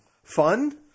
Fun